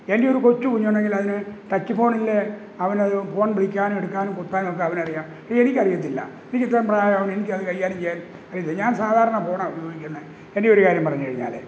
എൻ്റെയൊരു കൊച്ചു കുഞ്ഞുണ്ടെങ്കിൽ അതിന് ടച്ച് ഫോണിലെ അവനത് ഫോൺ വിളിക്കാനും എടുക്കാനും കുത്താനുമൊക്കെ അവനറിയാം എനിക്കറിയത്തില്ല എനിക്കിത്രയും പ്രായമായ എനിക്കതു കൈകാര്യം ചെയ്യാൻ അറിയത്തില്ല ഞാൻ സാധാരണ ഫോണാണ് ഉപയോഗിക്കുന്നത് എൻ്റെയൊരു കാര്യം പറഞ്ഞു കഴിഞ്ഞാൽ